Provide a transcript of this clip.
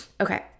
Okay